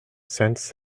since